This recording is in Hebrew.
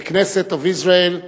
the Knesset of Israel.